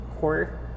core